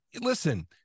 listen